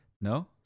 No